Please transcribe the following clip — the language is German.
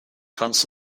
kannst